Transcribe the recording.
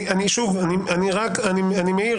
אני מעיר